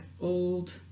old